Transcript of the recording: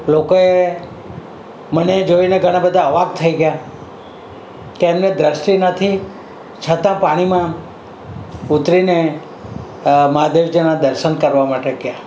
લોકોએ મને જોઈને ઘણાં બધા અવાક થઈ ગયા કે એમને દૃષ્ટિ નથી છતાં પાણીમાં ઉતરીને મહાદેવજીનાં દર્શન કરવા માટે ગયા